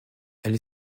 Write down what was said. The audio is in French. elle